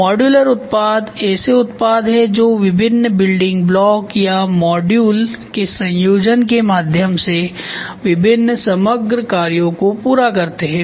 modular उत्पाद ऐसे उत्पाद हैं जो विभिन्न बिल्डिंग ब्लॉक या मॉड्यूल के संयोजन के माध्यम से विभिन्न समग्र कार्यों को पूरा करते हैं